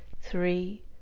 three